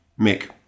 Mick